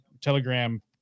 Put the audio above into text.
telegram